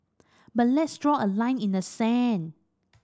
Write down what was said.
but let's draw a line in the sand